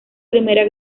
primera